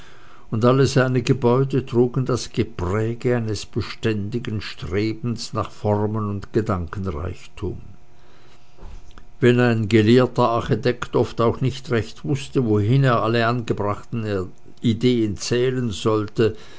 und alle seine gebäude trugen das gepräge eines beständigen strebens nach formen und gedankenreichtum wein ein gelehrter architekt auch oft nicht wußte wohin er alle angebrachten ideen zählen sollte